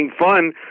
fun